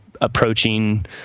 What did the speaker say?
approaching